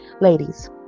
Ladies